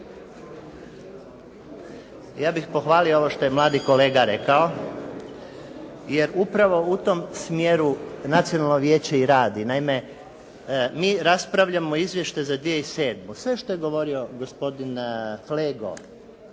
izjava. Pohvalio bih ovo što je mladi kolega rekao, jer upravo u tom smjeru Nacionalno vijeće i radi. Naime, mi raspravljamo Izvještaj za 2007. Sve što je govorio gospodin Flego